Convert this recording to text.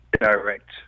direct